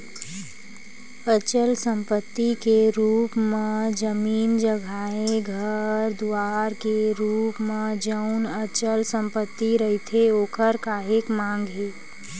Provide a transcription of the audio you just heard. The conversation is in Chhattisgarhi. अचल संपत्ति के रुप म जमीन जघाए घर दुवार के रुप म जउन अचल संपत्ति रहिथे ओखर काहेक मांग हे